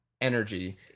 energy